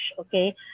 okay